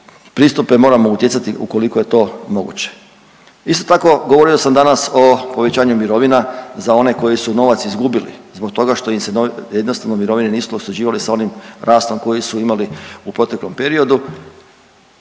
pristupe moramo utjecati ukoliko je to moguće. Isto tako, govorio sam danas o povećanju mirovina za one koji su novac izgubili, zbog toga što im se vrijednostima mirovine nisu usklađivale sa onim rastom koji su imali u proteklom periodu.